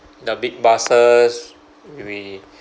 the big buses we we